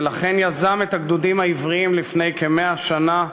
ולכן יזם את הגדודים העבריים לפני כ-100 שנה,